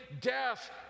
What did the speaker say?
death